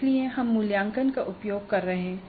इसलिए हम मूल्यांकन का उपयोग कर रहे हैं